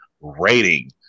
rating